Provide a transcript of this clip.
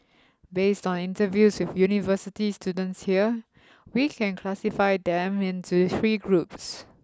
based on interviews with university students here we can classify them into three groups